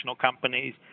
companies